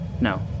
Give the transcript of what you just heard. No